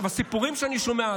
הסיפורים שאני שומע,